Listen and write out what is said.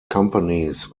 companies